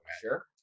sure